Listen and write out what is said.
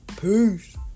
Peace